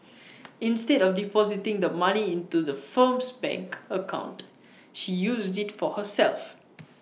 instead of depositing the money into the firm's bank account she used IT for herself